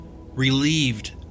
relieved